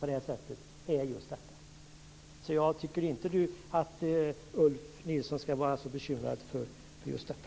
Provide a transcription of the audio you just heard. Jag tycker alltså inte att Ulf Nilsson skall vara så bekymrad för just detta.